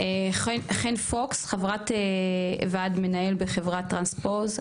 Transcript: חן פוקס, חברת ועד מנהל בחברת טרנספוז.